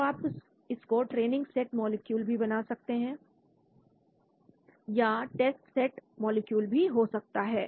तो आप इसको ट्रेनिंग सेट मॉलिक्यूल भी बना सकते हैं या यह टेस्ट सेट मॉलिक्यूल भी हो सकता है